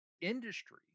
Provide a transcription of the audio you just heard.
industry